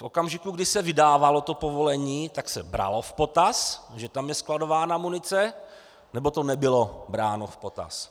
V okamžiku, kdy se vydávalo to povolení, tak se bralo v potaz, že tam je skladována munice, nebo to nebylo bráno v potaz?